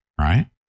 right